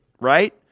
right